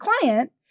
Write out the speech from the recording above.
client